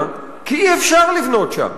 כי אי-אפשר לבנות שם.